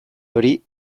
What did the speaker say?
hori